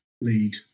lead